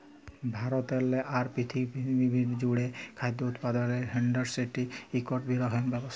ভারতেরলে আর পিরথিবিরলে জ্যুড়ে খাদ্য উৎপাদলের ইন্ডাসটিরি ইকট বিরহত্তম ব্যবসা